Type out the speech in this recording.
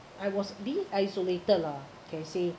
I was being isolated lah can say